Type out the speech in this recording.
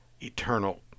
eternal